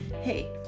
Hey